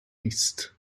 east